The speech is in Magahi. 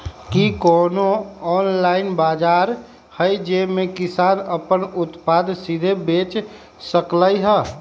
कि कोनो ऑनलाइन बाजार हइ जे में किसान अपन उत्पादन सीधे बेच सकलई ह?